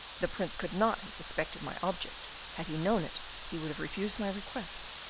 the prince could not have suspected my object had he known it, he would have refused my request,